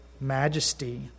majesty